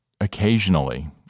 occasionally